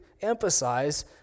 emphasize